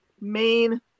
main